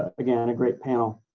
ah again, a great panel.